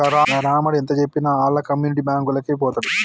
గా రామడు ఎంతజెప్పినా ఆళ్ల కమ్యునిటీ బాంకులకే వోతడు